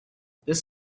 this